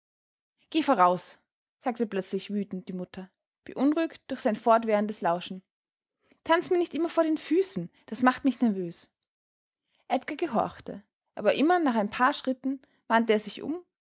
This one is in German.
geh voraus sagte plötzlich wütend die mutter beunruhigt durch sein fortwährendes lauschen tanz mir nicht immer vor den füßen das macht mich nervös edgar gehorchte aber immer nach ein paar schritten wandte er sich um